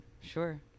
Sure